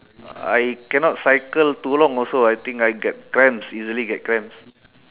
I cannot cycle too long also I think I get cramps easily get cramps